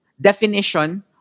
definition